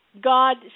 God